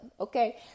okay